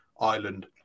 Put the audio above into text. Ireland